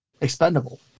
expendable